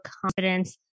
confidence